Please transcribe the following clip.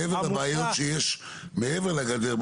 מעבר לבעיות שיש מעבר לגדר,